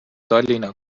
tallinna